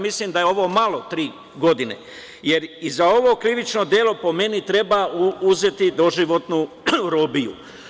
Mislim da je ovo malo tri godine, jer i za ovo krivično delo, po meni, treba uzeti doživotnu robiju.